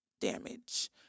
damage